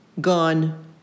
gone